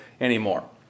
anymore